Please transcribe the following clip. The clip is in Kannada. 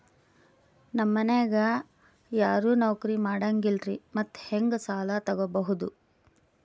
ನಮ್ ಮನ್ಯಾಗ ಯಾರೂ ನೌಕ್ರಿ ಮಾಡಂಗಿಲ್ಲ್ರಿ ಮತ್ತೆಹೆಂಗ ಸಾಲಾ ತೊಗೊಬೌದು?